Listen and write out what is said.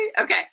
Okay